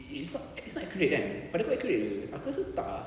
it's not it's not accurate kan pada kau accurate ke aku rasa tak ah